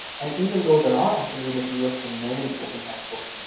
and even though there are ancillary materials from many open textbooks,